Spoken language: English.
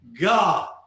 God